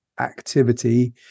activity